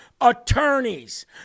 attorneys